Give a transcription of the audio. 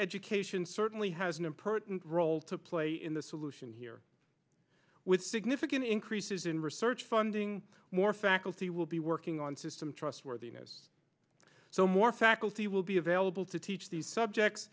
education certainly has an important role to play in the solution here with significant increases in research funding more faculty will be working on system trustworthiness so more faculty will be available to teach these subjects